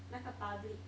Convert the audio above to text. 那个 public